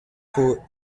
pour